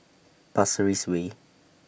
Pasir Ris Way